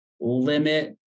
limit